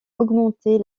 augmenter